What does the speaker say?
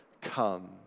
come